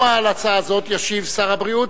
גם על הצעה זו ישיב שר הבריאות,